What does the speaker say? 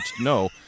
no